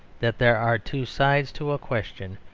that there are two sides to a question,